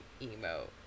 emo